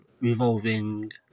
revolving